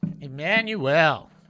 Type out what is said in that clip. Emmanuel